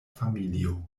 familio